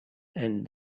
and